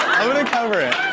i'm gonna cover it.